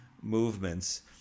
movements